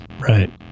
Right